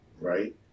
right